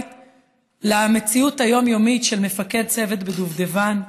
למציאות היומיומית של מפקד צוות בדובדבן,